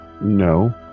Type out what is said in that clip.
No